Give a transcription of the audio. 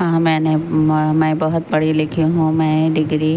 ہاں میں نے میں بہت پڑھی لکھی ہوں میں ڈگری